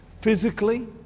physically